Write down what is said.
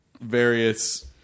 Various